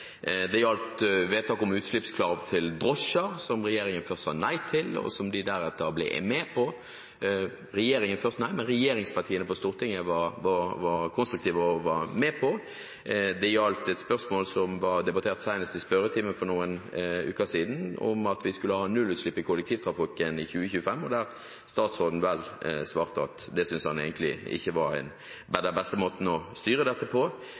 Det gjaldt vedtaket om utslippskrav til drosjer, som regjeringen først sa nei til, men som regjeringspartiene på Stortinget var konstruktive og ble med på. Det gjaldt et spørsmål som ble debattert senest i spørretimen for noen uker siden, om at vi skulle ha nullutslipp i kollektivtrafikken i 2025, der statsråden vel svarte at det syntes han egentlig ikke var den beste måten å styre dette på.